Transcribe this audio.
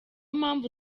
mpamvu